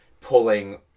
pulling